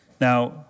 Now